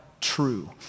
true